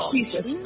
Jesus